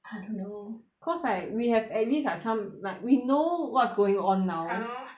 I don't know cause like we have at least some like we know what's going on now hello